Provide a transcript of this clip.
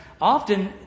Often